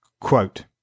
Quote